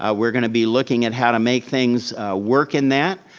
ah we're gonna be looking at how to make things work in that.